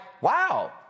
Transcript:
wow